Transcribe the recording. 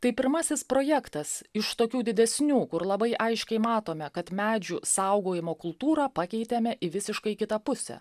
tai pirmasis projektas iš tokių didesnių kur labai aiškiai matome kad medžių saugojimo kultūrą pakeitėme į visiškai kitą pusę